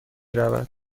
رود